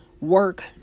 work